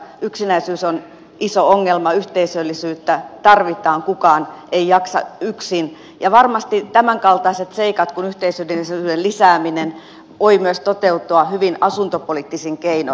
yksinäisyys on iso ongelma yhteisöllisyyttä tarvitaan kukaan ei jaksa yksin ja varmasti tämänkaltaiset seikat kuin yhteisöllisyyden lisääminen voivat myös toteutua hyvin asuntopoliittisin keinoin